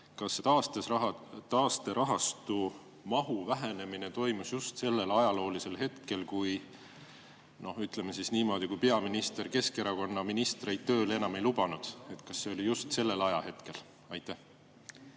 kas taasterahastu mahu vähenemine toimus just sellel ajaloolisel hetkel, kui peaminister Keskerakonna ministreid tööle enam ei lubanud? Kas see oli just sellel ajahetkel? Aitäh!